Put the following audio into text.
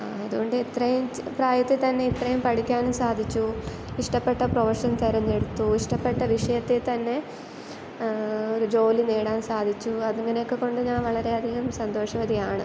അതുകൊണ്ട് ഇത്രയും പ്രായത്തിൽ തന്നെ ഇത്രയും പഠിക്കാനും സാധിച്ചു ഇഷ്ടപ്പെട്ട പ്രൊഫഷൻ തെരഞ്ഞെടുത്തു ഇഷ്ടപ്പെട്ട വിഷയത്തിൽ തന്നെ ഒരു ജോലി നേടാൻ സാധിച്ചു അതിങ്ങനെയെക്കെ കൊണ്ട് ഞാൻ വളരെയധികം സന്തോഷവതിയാണ്